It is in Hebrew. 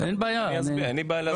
אין לי בעיה להסביר את זה גם,